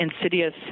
insidious